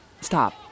Stop